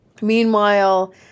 Meanwhile